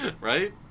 Right